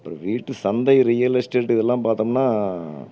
இப்போ வீட்டு சந்தை ரியல் எஸ்டேட் இதெல்லாம் பார்த்தோம்னா